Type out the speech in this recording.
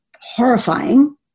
horrifying